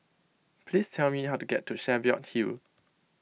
please tell me how to get to Cheviot Hill